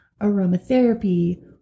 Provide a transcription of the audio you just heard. aromatherapy